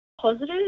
Positive